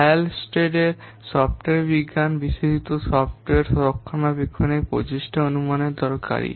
হ্যালস্টেডের software বিজ্ঞান বিশেষত software রক্ষণাবেক্ষণের প্রচেষ্টা অনুমানের জন্য দরকারী